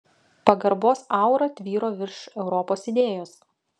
pagarbos aura tvyro virš europos idėjos